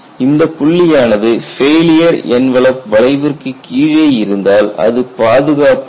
இந்தப் புள்ளியானது failure envelope வளைவுக்கு கீழே இருந்தால் அது பாதுகாப்பானது